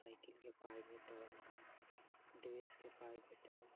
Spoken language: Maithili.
साइकिलके पाइ भेटल ड्रेसके पाइ भेटल